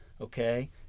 okay